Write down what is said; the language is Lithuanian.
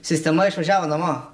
sistema išvažiavo namo